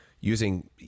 using